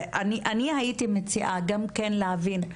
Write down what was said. ואני הייתי מציעה גם כן להבין.